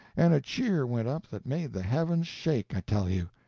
and a cheer went up that made the heavens shake, i tell you!